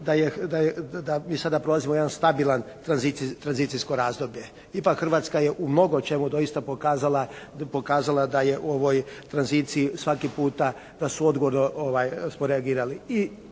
da mi sada prolazimo jedan stabilan tranzicijsko razdoblje. Ipak Hrvatska je u mnogočemu doista pokazala da je u ovoj tranziciji svaki puta da su odgovorno smo reagirali